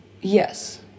Yes